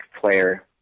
player